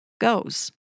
goes